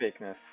fakeness